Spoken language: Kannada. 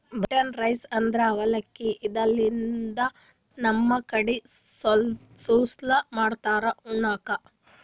ಬಿಟನ್ ರೈಸ್ ಅಂದ್ರ ಅವಲಕ್ಕಿ, ಇದರ್ಲಿನ್ದ್ ನಮ್ ಕಡಿ ಸುಸ್ಲಾ ಮಾಡ್ತಾರ್ ಉಣ್ಣಕ್ಕ್